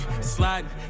sliding